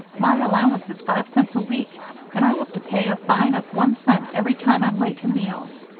my allowance is five cents a week and i have to pay a fine of one cent every time i'm late to meals.